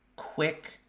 quick